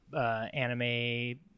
anime